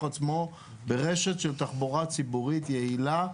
עצמו ברשת של תחבורה ציבורית יעילה,